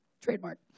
trademark